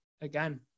again